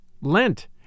Lent